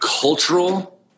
cultural